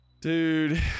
dude